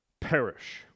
perish